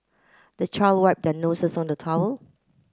the child wipe the noses on the towel